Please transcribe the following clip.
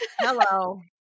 Hello